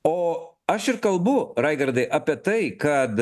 o aš ir kalbu raigardai apie tai kad